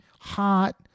hot